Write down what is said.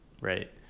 right